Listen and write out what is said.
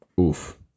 Oof